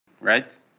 right